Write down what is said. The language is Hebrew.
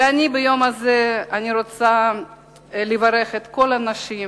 ביום הזה אני רוצה לברך את כל הנשים: